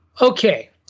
okay